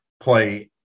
play